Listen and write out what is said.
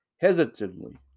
hesitantly